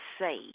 say